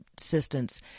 assistance